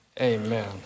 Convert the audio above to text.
Amen